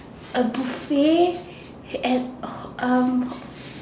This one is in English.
a buffet and oh um